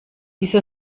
wieso